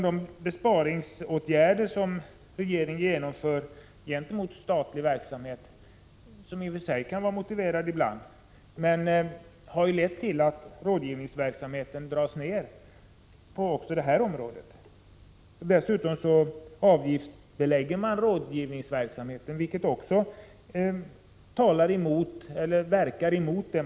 De besparingsåtgärder som regeringen har vidtagit när det gäller statlig verksamhet — som ibland i och för sig kan vara motiverade — har ju lett till att rådgivningsverksamheten även på detta område minskat i omfattning. Dessutom avgiftsbelägger man rådgivningsverksamheten, vilket motverkar vad man säger sig vilja gagna.